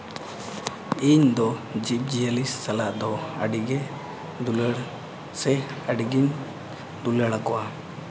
ᱤᱧ ᱫᱚ ᱡᱤᱵᱽ ᱡᱤᱭᱟᱹᱞᱤ ᱥᱟᱞᱟᱜ ᱫᱚ ᱟᱹᱰᱤ ᱜᱮ ᱫᱩᱞᱟᱹᱲ ᱥᱮ ᱟᱹᱰᱤ ᱜᱤᱧ ᱫᱩᱞᱟᱹᱲᱟᱠᱚᱣᱟ